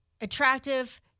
attractive